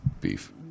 Beef